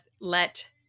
let